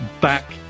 back